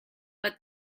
but